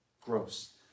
gross